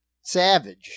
Savage